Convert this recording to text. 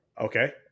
Okay